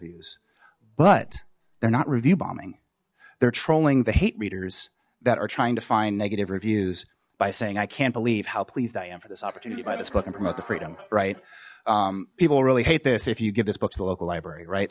reviews but they're not review bombing they're trolling the hate readers that are trying to find negative reviews by saying i can't believe how pleased i am for this opportunity buy this book and promote the freedom right people really hate this if you give this book to the local library right